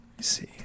See